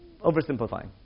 oversimplifying